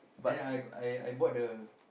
then I I I bought the